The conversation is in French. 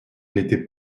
n’était